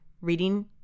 reading